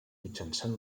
mitjançant